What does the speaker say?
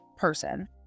person